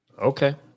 Okay